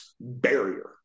barrier